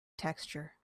texture